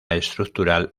estructural